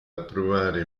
approvare